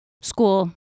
school